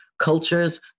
Cultures